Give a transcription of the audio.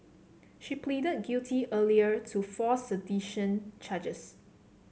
she pleaded guilty earlier to four sedition charges